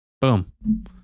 Boom